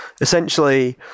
essentially